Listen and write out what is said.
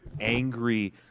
angry